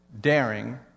daring